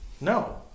No